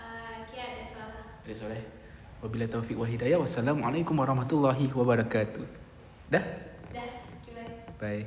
that's all eh wabillahi taufik wal hidayah wassalamualaikum warahmatullahi wabarakatuh dah bye